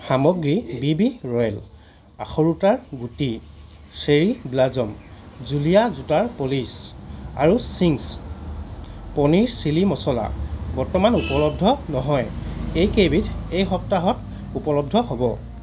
সামগ্ৰী B B royal আখৰোটৰ গুটি চেৰী ব্ল'জম জুলীয়া জোতাৰ পলিচ আৰু চিংছ পনীৰ চিলি মচলা বৰ্তমান উপলব্ধ নহয় এইকেইবিধ এই সপ্তাহত উপলব্ধ হ'ব